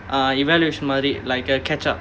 uh evaluation மாறி:maari like a catch up